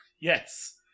Yes